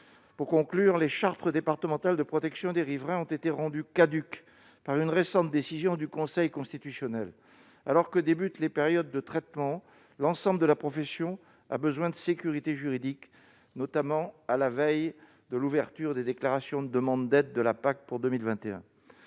? En outre, les chartes départementales de protection des riverains ont été rendues caduques par une récente décision du Conseil constitutionnel. Alors que débutent les périodes de traitement, l'ensemble de la profession a besoin de sécurité juridique, notamment à la veille de l'ouverture des déclarations de demandes d'aides de la politique